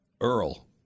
Earl